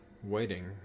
waiting